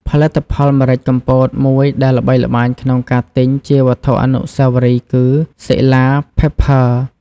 ផលិតផលម្រេចកំពតមួយដែលល្បីល្បាញក្នុងការទិញជាវត្ថុអនុស្សាវរីយ៍គឺ សិលា ផិប ភើ Sela's Pepper